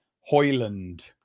Hoyland